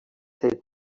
said